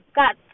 got